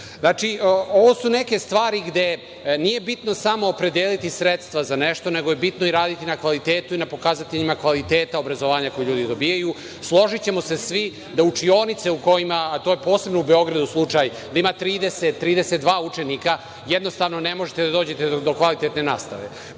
govorimo? Ovo su neke stvari gde nije bitno samo opredeliti sredstva za nešto, nego je i bitno raditi na kvalitetu i na pokazateljima kvaliteta obrazovanja ljudi koji dobijaju. Složićemo se svi da učionice u kojima, a to je posebno u Beogradu slučaj da ima 30-32 učenika, jednostavno ne možete da dođete do kvalitetne nastave. Prema